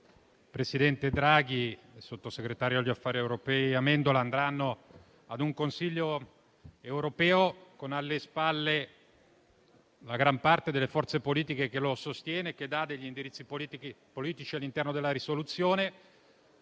presidente Draghi e il sottosegretario agli affari europei Amendola andranno al Consiglio europeo con alle spalle la gran parte delle forze politiche che sostengono il Governo fornendo loro gli indirizzi politici all'interno della risoluzione.